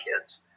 kids